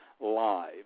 Live